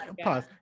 Pause